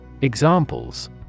Examples